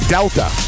Delta